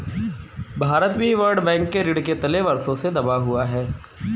भारत भी world bank के ऋण के तले वर्षों से दबा हुआ है